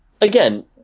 Again